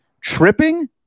Tripping